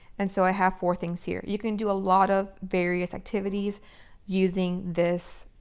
and so i have four things here. you can do a lot of various activities using this,